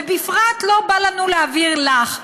ובפרט לא בא לנו להעביר לך.